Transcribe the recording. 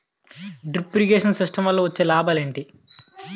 Drip irrigation system వల్ల వచ్చే లాభాలు ఏంటి?